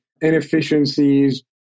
inefficiencies